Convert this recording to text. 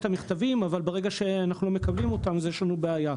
המכתבים אבל ברגע שאנחנו לא מקבלים אותן אז יש לנו בעיה.